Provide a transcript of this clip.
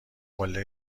قله